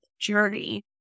journey